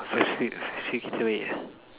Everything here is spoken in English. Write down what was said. first few kita baik ah